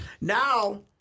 Now